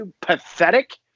pathetic